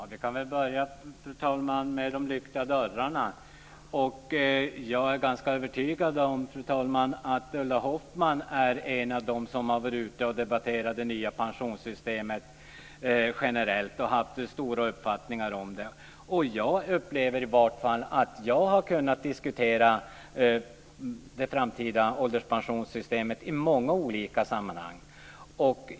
Fru talman! Först detta med lyckta dörrar. Jag är ganska övertygad om att Ulla Hoffmann är en av dem som varit ute och debatterat det nya pensionssystemet generellt och haft stora uppfattningar om det. Jag upplever att i varje fall jag har kunnat diskutera det framtida ålderspensionssystemet i många olika sammanhang.